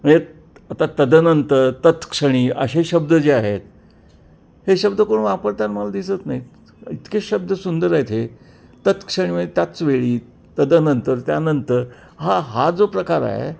म्हणजे आता तदनंतर तत्क्षणी असे शब्द जे आहेत हे शब्द कोण वापरताना मला दिसत नाहीत इतके शब्द सुंदर आहेत हे तत्क्षणी म्हणजे त्याच वेळी तदनंतर त्यानंतर हा हा जो प्रकार आहे